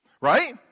Right